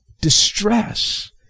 Distress